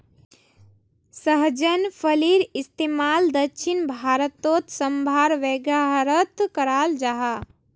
सहजन फलिर इस्तेमाल दक्षिण भारतोत साम्भर वागैरहत कराल जहा